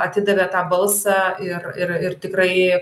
atidavė tą balsą ir ir ir tikrai